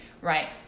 right